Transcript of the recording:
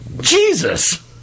Jesus